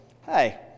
hey